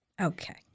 Okay